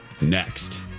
Next